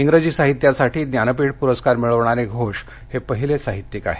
इंग्रजी साहित्यासाठी ज्ञानपीठ पुरस्कार मिळवणारे घोष हे पहिले साहित्यिक आहेत